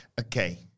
Okay